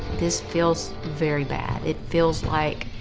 this feels very bad. it feels like,